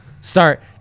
start